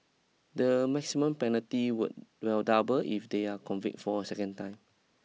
the maximum penalty would will double if they are convict for a second time